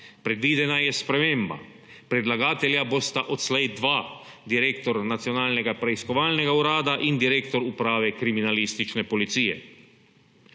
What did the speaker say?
Predvidena je sprememba. Predlagatelja bosta odslej dva, direktor Nacionalnega preiskovalnega urada in direktor Uprave kriminalistične policije.